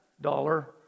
dollar